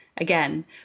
again